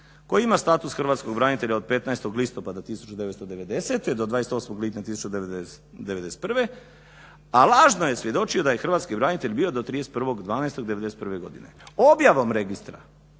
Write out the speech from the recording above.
koji ima status hrvatskog branitelja od 15. listopada 1990. do 28. lipnja 1991., a lažno je svjedočio da je hrvatski branitelj bio do 31.12.'91. godine. Objavom Registra